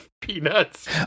Peanuts